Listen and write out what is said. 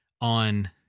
on